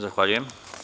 Zahvaljujem.